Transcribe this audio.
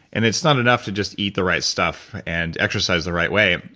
and it's not enough to just eat the right stuff and exercise the right way.